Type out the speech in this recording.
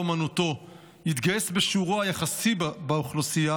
אומנותו יתגייס בשיעורו היחסי באוכלוסייה,